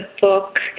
book